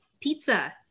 pizza